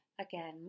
again